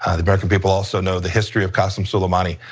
ah the american people also know the history of qasem soleimani,